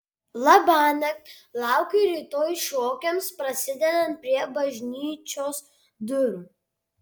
labanakt laukiu rytoj šokiams prasidedant prie bažnyčios durų